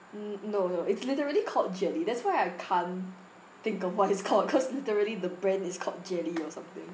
n~ no no it's literally called jelly that's why I can't think of what it's called cause literally the brand is called jelly or something